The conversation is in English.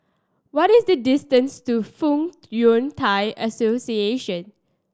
what is the distance to Fong Yun Thai Association